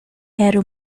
era